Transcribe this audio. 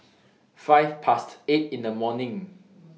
five Past eight in The morning